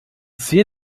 zier